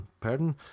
Pardon